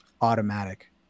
automatic